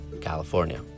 California